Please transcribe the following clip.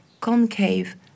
concave